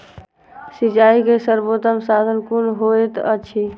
सिंचाई के सर्वोत्तम साधन कुन होएत अछि?